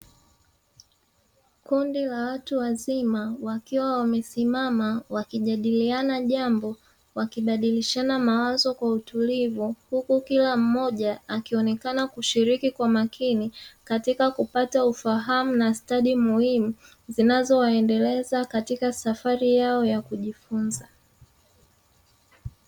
Kundi la watu wazima wakiwa wamesimama wakijadiliana jambo, wakibadilishana mawazo kwa utulivu, huku kila mmoja akionekana kushiriki kwa makini katika kupata ufahamu na stadi muhimu zinazowaendeleza katika safari yao ya kujifunza."